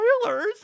spoilers